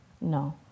No